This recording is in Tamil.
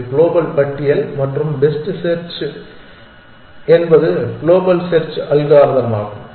இது க்ளோபல் பட்டியல் மற்றும் பெஸ்ட் ஃபர்ஸ்ட் செர்ச் என்பது க்ளோபல் செர்ச் அல்காரிதம் ஆகும்